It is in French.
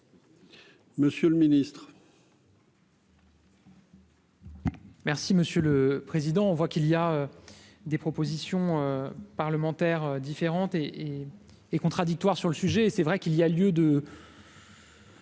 Monsieur le Ministre.